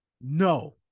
no